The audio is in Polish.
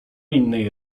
innej